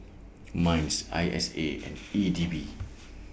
Minds I S A and E D B